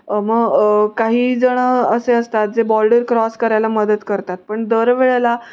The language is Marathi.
मग काहीजण असे असतात जे बॉर्डर क्रॉस करायला मदत करतात पण दरवेळेला